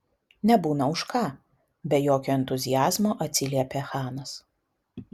nebūna už ką be jokio entuziazmo atsiliepė chanas